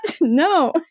No